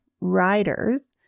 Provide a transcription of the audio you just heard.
Riders